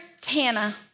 Tana